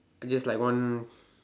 I just like want